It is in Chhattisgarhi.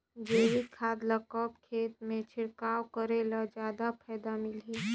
जैविक खाद ल कब खेत मे छिड़काव करे ले जादा फायदा मिलही?